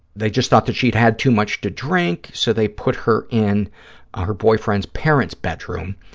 they just thought that she'd had too much to drink so they put her in ah her boyfriend's parents' bedroom,